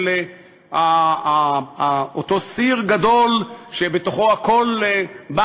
של אותו סיר גדול שבתוכו הכול,